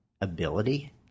ability